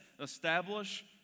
establish